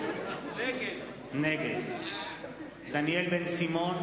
נגד דניאל בן-סימון,